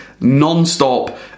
nonstop